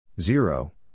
zero